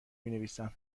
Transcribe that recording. مینویسم